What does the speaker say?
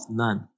none